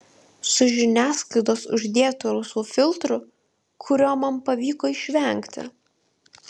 su žiniasklaidos uždėtu rausvu filtru kurio man pavyko išvengti